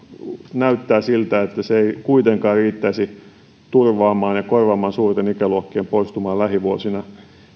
näyttää siltä että se ei kuitenkaan riittäisi turvaamaan ja korvaamaan suurten ikäluokkien poistumaa lähivuosina